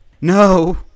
No